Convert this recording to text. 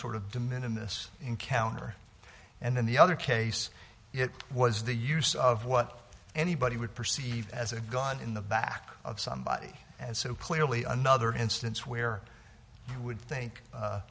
encounter and then the other case it was the use of what anybody would perceive as a gun in the back of somebody and so clearly another instance where you would think